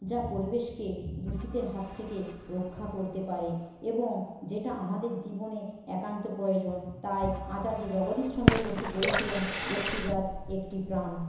যা পরিবেশকে দূষিতের হাত থেকে রক্ষা করতে পারে এবং যেটা আমাদের জীবনে একান্ত প্রয়োজন তাই আচার্য জগদীশ চন্দ্র বসু বলেছিলেন একটি গাছ একটি প্রাণ